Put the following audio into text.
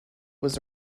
was